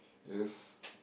yes